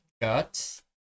got